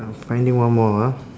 I'm finding one more ah